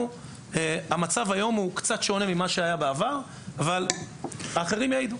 המצב היום שונה מעט מהעבר אבל האחרים יעידו.